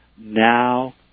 Now